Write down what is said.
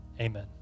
Amen